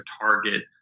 target